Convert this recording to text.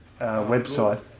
website